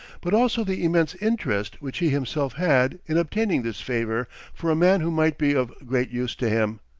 but also the immense interest which he himself had in obtaining this favor for a man who might be of great use to him.